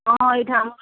ହଁ ଏଇଟା